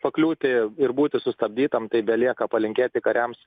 pakliūti ir būti sustabdytam tai belieka palinkėti kariams